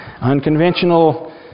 Unconventional